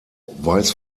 weiß